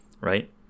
right